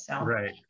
Right